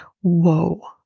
whoa